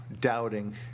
doubting